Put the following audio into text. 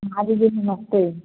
भाभी जी नमस्ते